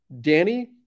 Danny